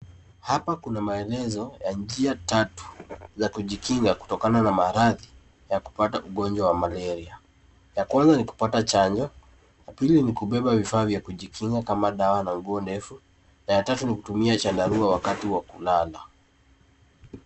Hapa kuna maelezo ya njia tatu za kujikinga kutokana na maradhi ya kupata ugonjwa wa Malaria. Ya kwanza ni kupata chanjo, ya pili ni kubeba vifaa vya kujikinga kama dawa na nguo ndefu na ya tatu ni kutumia chandarua wakati wa kulala.